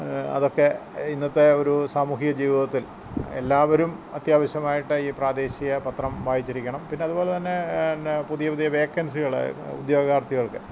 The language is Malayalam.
അതൊക്കെ ഇന്നത്തെ ഒരു സാമൂഹിക ജീവിതത്തിൽ എല്ലാവരും അത്യാവശ്യമായിട്ട് ഈ പ്രാദേശിക പത്രം വായിച്ചിരിക്കണം പിന്നെ അതുപോലെ തന്നെ എന്നാൽ പുതിയ പുതിയ വേക്കൻസികൾ ഉദ്യോഗാർത്ഥികൾക്ക്